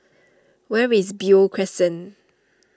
where is Beo Crescent